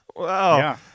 Wow